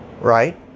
right